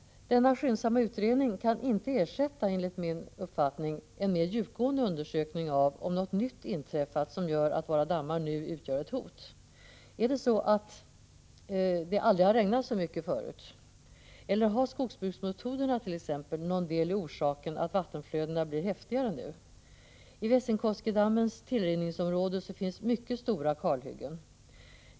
Denna skyndsamma utredning kan enligt min uppfattning inte ersätta en mer djupgående undersökning av om något nytt inträffat som gör att våra dammar nu utgör ett hot. Är det så att det aldrig har regnat så här mycket förut? Eller har skogsbruksmetoderna någon del i orsaken att vattenflödena blir häftigare nu? I Vässinkoskidammens tillrinningsområde finns mycket stora kalhyggen.